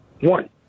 One